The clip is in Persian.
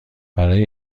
برای